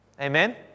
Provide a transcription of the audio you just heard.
Amen